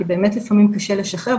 כי באמת לפעמים קשה לשחרר,